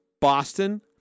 Boston